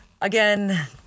Again